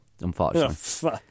unfortunately